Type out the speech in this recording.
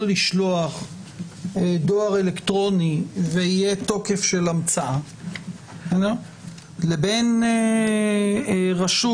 לשלוח דואר אלקטרוני ויהיה תוקף של המצאה לבין רשות